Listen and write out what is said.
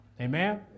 Amen